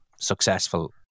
successful